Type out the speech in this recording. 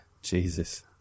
Jesus